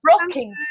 rocking